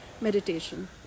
meditation